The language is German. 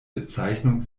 bezeichnung